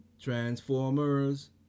transformers